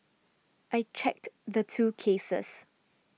I checked the two cases